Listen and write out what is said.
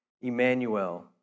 Emmanuel